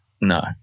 no